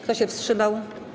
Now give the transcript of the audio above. Kto się wstrzymał?